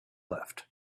left